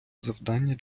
завдання